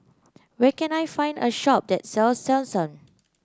where can I find a shop that sells Selsun